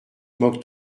moque